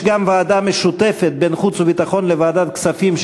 יש גם ועדה משותפת לוועדת החוץ והביטחון ולוועדת הכספים,